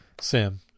Sim